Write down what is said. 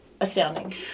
astounding